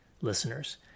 listeners